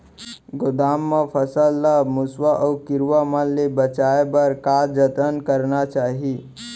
गोदाम मा फसल ला मुसवा अऊ कीरवा मन ले बचाये बर का जतन करना चाही?